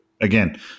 again